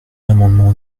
l’amendement